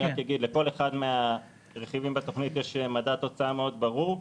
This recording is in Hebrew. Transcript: אני אגיד שלכל אחד מהרכיבים בתוכנית יש מדד תוצאה מאוד ברור,